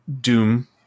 Doom